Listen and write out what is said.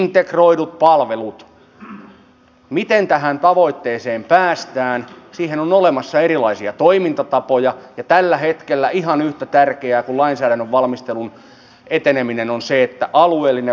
integroidut palvelut miten tähän tavoitteeseen päästään siihen on olemassa erilaisia toimintatapoja ja tällä hetkellä ihan yhtä tärkeää kuin lainsäädännön valmistelun eteneminen on se että alueellinen valmistelu etenee